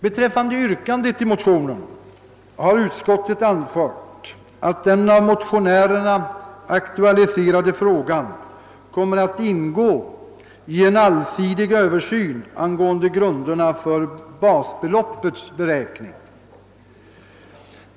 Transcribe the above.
Beträffande yrkandet i motionen har utskottet anfört att den av motionärerna aktualiserade frågan kommer att ingå i en allsidig översyn av grunderna för basbeloppets beräkning.